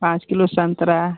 पाँच किलो संतरा